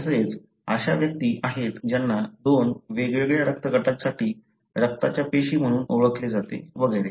तसेच अशा व्यक्ती आहेत ज्यांना दोन वेगवेगळ्या रक्तगटांसाठी रक्ताच्या पेशी म्हणून ओळखले जाते वगैरे